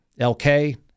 LK